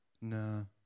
No